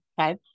okay